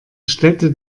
städte